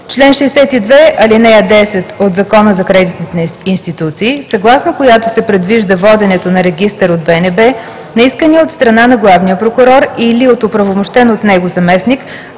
чл. 62, ал. 10 от Закона за кредитните институции, съгласно която се предвижда воденето на регистър от БНБ на искания от страна на главния прокурор или от оправомощен от него заместник